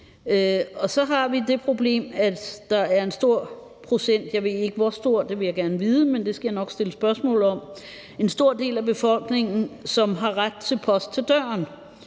Så har vi det problem, at der er en stor procentdel – jeg ved ikke hvor stor, men det vil jeg gerne vide, og det skal jeg nok stille spørgsmål om – af befolkningen, som har ret til post til døren,